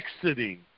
exiting